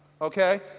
okay